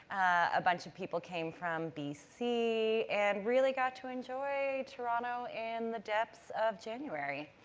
a bunch of people came from bc and really got to enjoy toronto in the depths of january.